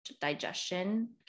digestion